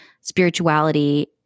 spirituality